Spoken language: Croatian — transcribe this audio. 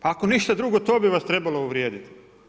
Ako ništa drugo, to bi vas trebalo uvrijediti.